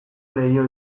leiho